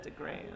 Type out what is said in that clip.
Instagram